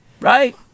Right